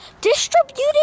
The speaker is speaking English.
distributing